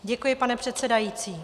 Děkuji, pane předsedající.